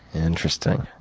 interesting.